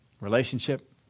relationship